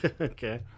Okay